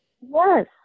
Yes